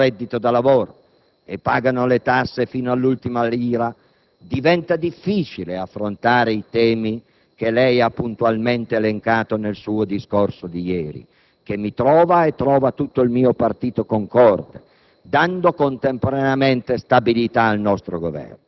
dei pensionati, di coloro che vivono di solo reddito da lavoro e pagano le tasse fino all'ultima lira, diventa difficile affrontare i temi che lei ha puntualmente elencato nel suo discorso di ieri e che mi trova concorde insieme a tutto il mio partito, dando